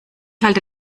halte